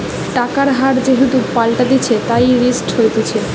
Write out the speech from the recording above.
টাকার হার যেহেতু পাল্টাতিছে, তাই রিস্ক হতিছে